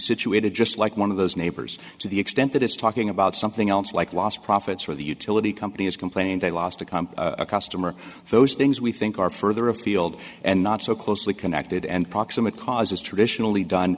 situated just like one of those neighbors to the extent that is talking about something else like lost profits or the utility company is complaining they lost a comp a customer those things we think are further afield and not so closely connected and proximate causes traditionally done